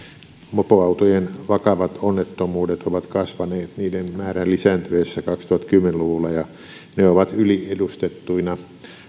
mopoautojen vakavat onnettomuudet ovat kasvaneet niiden määrän lisääntyessä kaksituhattakymmenen luvulla ja ne ovat yliedustettuina